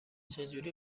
چجوری